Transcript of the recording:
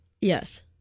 Yes